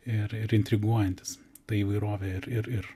ir ir intriguojantis ta įvairovė ir ir ir